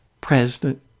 President